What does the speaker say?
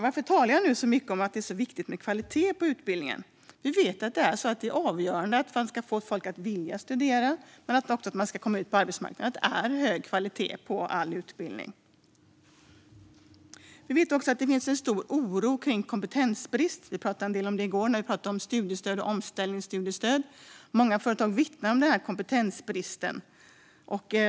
Att jag talar så mycket om att det är viktigt med kvalitet på utbildningen beror på att vi vet att det är avgörande för att man ska få människor att vilja studera men också för att de ska komma ut på arbetsmarknaden. Vi vet också att det finns en stor oro för kompetensbrist. Vi talade en del om det i går när vi talade om studiestöd och omställningsstudiestöd. Många företag vittnar om kompetensbristen.